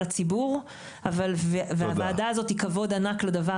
הציבור והוועדה הזאת היא כבוד ענק לדבר